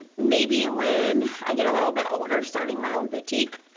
maybe when i get a little bit older starting my own boutique.